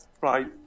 right